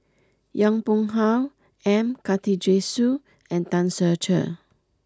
Yong Pung How M Karthigesu and Tan Ser Cher